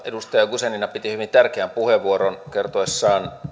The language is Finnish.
edustaja guzenina piti hyvin tärkeän puheenvuoron kertoessaan